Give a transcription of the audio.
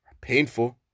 painful